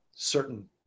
certain